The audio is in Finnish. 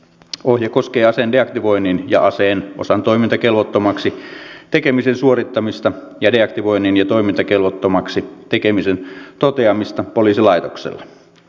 ohje koskee aseen deaktivoinnin ja aseen osan toimintakelvottomaksi tekemisen suorittamista ja deaktivoinnin ja toimintakelvottomaksi tekemisen toteamista poliisilaitoksella